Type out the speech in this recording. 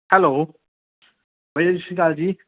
hello ਬਾਈ ਜੀ ਸਤਿ ਸ਼੍ਰੀ ਅਕਾਲ ਜੀ